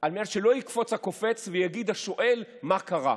על מנת שלא יקפוץ הקופץ ויגיד השואל: מה קרה.